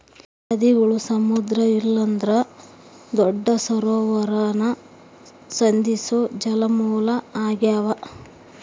ನದಿಗುಳು ಸಮುದ್ರ ಇಲ್ಲಂದ್ರ ದೊಡ್ಡ ಸರೋವರಾನ ಸಂಧಿಸೋ ಜಲಮೂಲ ಆಗ್ಯಾವ